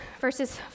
verses